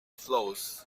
flows